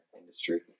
industry